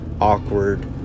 awkward